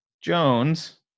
jones